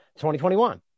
2021